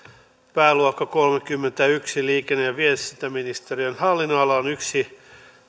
pääluokka kolmekymmentäyksi liikenne ja viestintäministeriön hallinnonala on yksi